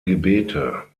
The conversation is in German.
gebete